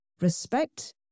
respect